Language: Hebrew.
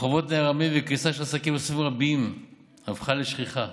החובות נערמים וקריסה של עסקים רבים הפכה לשכיחה,